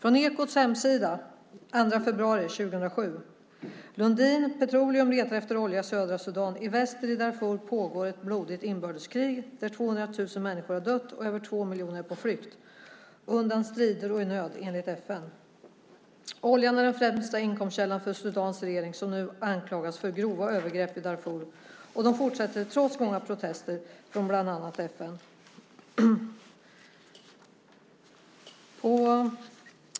På Ekots hemsida den 2 februari 2007 står: Lundin Petroleum letar efter olja i södra Sudan. I väster i Darfur pågår ett blodigt inbördeskrig där 200 000 människor har dött och över två miljoner är på flykt undan strider och i nöd, enligt FN. Oljan är den främsta inkomstkällan för Sudans regering som nu anklagas för grova övergrepp i Darfur. De fortsätter trots många protester från bland annat FN.